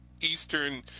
eastern